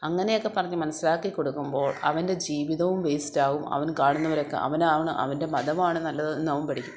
അങ്ങനെയൊക്കെ പറഞ്ഞു മനസിലാക്കി കൊടുക്കുമ്പോൾ അവൻ്റെ ജീവിതവും വേസ്റ്റ് ആകും അവൻ കാണുന്നവരൊക്കെ അവനവൻ്റെ മതമാണ് നല്ലെതെന്ന് അവൻ പഠിക്കും